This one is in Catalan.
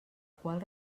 qual